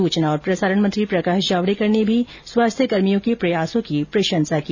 सूचना और प्रसारण मंत्री प्रकाश जावड़ेकर ने भी स्वास्थ्य कर्मियों के प्रयासों की प्रशंसा की